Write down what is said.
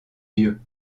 dieu